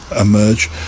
emerge